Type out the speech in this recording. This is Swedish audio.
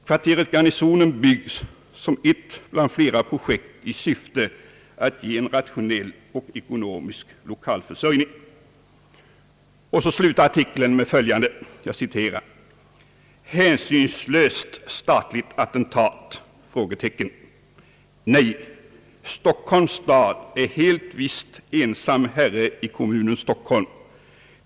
— Kvarteret = Garnisonen byggs som ett bland flera projekt i syfte att ge en rationell och ekonomisk lokalförsörjning.» Artikeln slutar med följande: »Hänsynslöst statligt attentat? Nej. Stockholms stad är helt visst ensam herre i kommunen Stockholm.